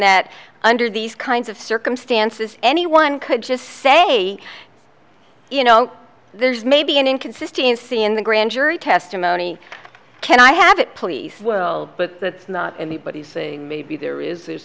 that under these kinds of circumstances anyone could just say you know there's maybe an inconsistency in the grand jury testimony can i have it police will but that's not me but he's saying maybe there is